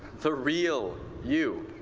the real you.